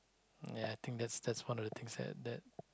mm ya I think that's that's one of the things that that